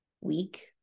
week